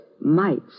mites